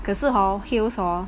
可是 hor